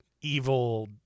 evil